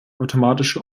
automatische